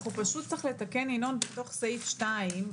צריך לתקן בתוך סעיף 2,